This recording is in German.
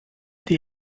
die